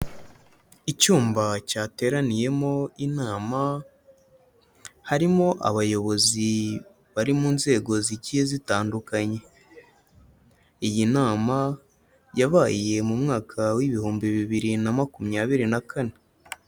Icyumba cyateraniyemo inama, harimo abayobozi bari mu nzego zigiye zitandukanye. Iyi nama yabaye mu mwaka w'ibihumbi bibiri na makumyabiri na kane.